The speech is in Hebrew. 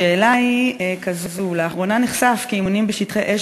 השאילתה היא כזאת: לאחרונה נחשף כי אימונים בשטחי אש